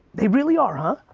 they really are, huh?